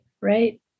right